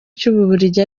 cy’ububiligi